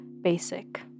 basic